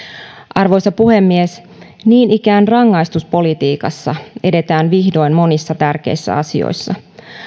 arvoisa puhemies niin ikään rangaistuspolitiikassa edetään vihdoin monissa tärkeissä asioissa